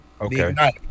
Okay